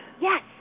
Yes